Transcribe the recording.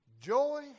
joy